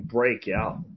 Breakout